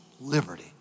liberty